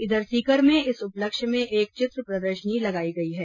इधर सीकर में इस उपलक्ष्य में एक चित्र प्रदर्शनी लगाई गई है